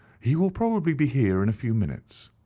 he will probably be here in a few minutes.